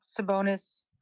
Sabonis